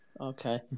Okay